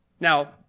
Now